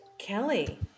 Kelly